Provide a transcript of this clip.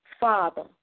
Father